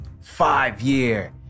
five-year